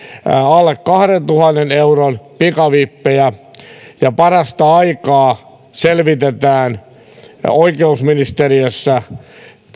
alle kahdentuhannen euron pikavippejä ja parasta aikaa selvitetään oikeusministeriössä